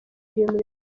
umuyobozi